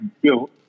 built